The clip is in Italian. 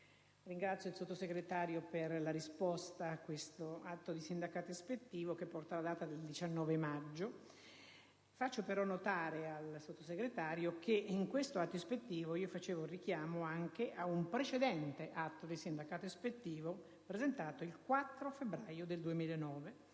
ringrazio il Sottosegretario per la risposta a questo atto di sindacato ispettivo, che porta la data del 19 maggio 2010. Faccio però notare al Sottosegretario che in questo atto ispettivo facevo richiamo anche ad un precedente atto di sindacato ispettivo presentato il 4 febbraio 2009,